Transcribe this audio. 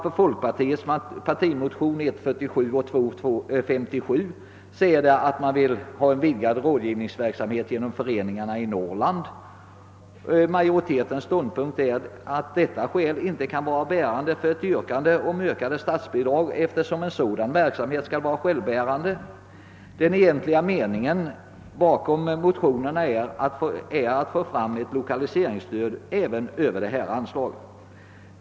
I folkpartiets partimotion I:47 och II: 57 förordas en vidgad rådgivningsverksamhet genom föreningarna i Norrland. Utskottsmajoritetens ståndpunkt är att detta inte kan betraktas som ett bärande skäl för ett yrkande om ökat statsbidrag, eftersom en sådan verksamhet skall vara självbärande. Den egentliga avsikten med motionerna synes vara att få fram ett lokaliseringsstöd även utöver detta anslag.